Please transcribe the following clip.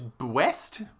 West